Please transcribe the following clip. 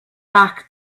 back